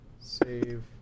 Save